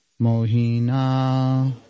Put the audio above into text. Mohina